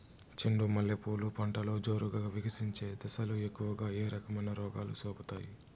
చెండు మల్లె పూలు పంటలో జోరుగా వికసించే దశలో ఎక్కువగా ఏ రకమైన రోగాలు సోకుతాయి?